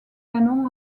canon